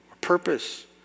purpose